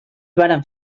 varen